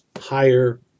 higher